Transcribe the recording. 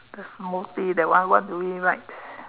the small tea that one what do we write